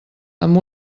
amb